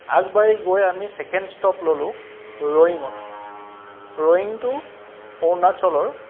আগবাঢ়ি গৈ আমি চেকেণ্ড ষ্টপ ললোঁ ৰয়িঙত ৰয়িংটো অৰুণাচলৰ